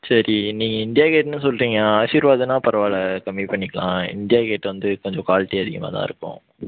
சரி நீங்கள் இண்டியா கேட்ன்னு சொல்கிறீங்க ஆஷிர்வாத்னா பரவாயில்ல கம்மி பண்ணிக்கலாம் இண்டியா கேட் வந்து கொஞ்சம் குவால்ட்டி அதிகமாக தான் இருக்கும்